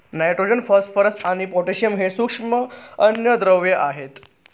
nitrogen, phosphorus आणि potassium हे सूक्ष्म अन्नद्रव्ये आहेत